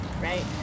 right